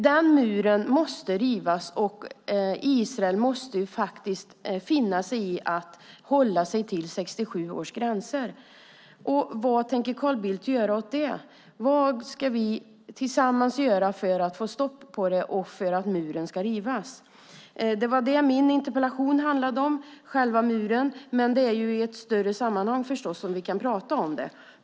Den muren måste rivas, och Israel måste finna sig i att hålla sig till 1967 års gränser. Vad tänker Carl Bildt göra åt det? Vad ska vi tillsammans göra för att få stopp på det och för att muren ska rivas? Det var det min interpellation handlade om: själva muren. Men vi kan förstås prata om det i ett större sammanhang.